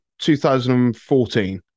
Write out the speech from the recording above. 2014